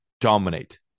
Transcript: dominate